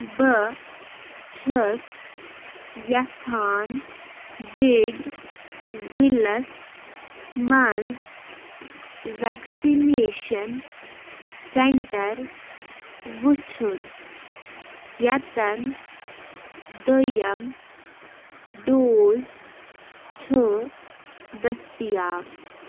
بہٕ چھُس یژھان بِڈ ضلعس مَنٛز وٮ۪کسِنیشَن سٮ۪نٛٹَر وٕچھُن ییٚتٮ۪ن دٔیَم ڈوز چھُ دٔستِیاب